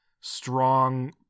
strong